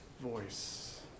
voice